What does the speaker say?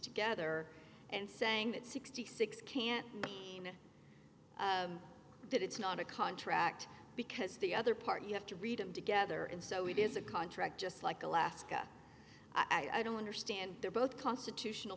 together and saying that sixty six can't mean that it's not a contract because the other part you have to read them together and so it is a contract just like alaska i don't understand they're both constitutional